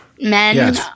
men